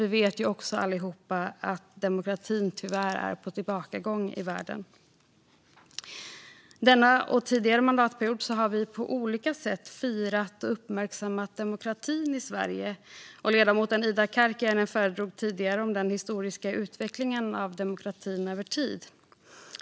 Vi vet också allihop att demokratin tyvärr är på tillbakagång i världen. Denna och tidigare mandatperiod har vi på olika sätt firat och uppmärksammat demokratin i Sverige. Och ledamoten Ida Karkiainen föredrog tidigare den historiska utvecklingen av demokratin.